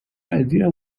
idea